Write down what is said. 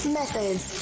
methods